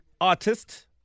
artist